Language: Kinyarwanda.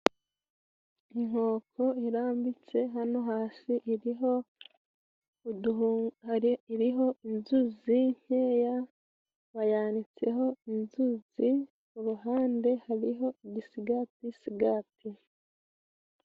Inkoko irambitse hano hasi iriho inzuzi nkeya bayanitse ho inzuzi. Ku ruhande hariho igisigati sigati.